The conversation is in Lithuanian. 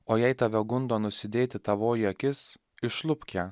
o jei tave gundo nusidėti tavoji akis išlupk ją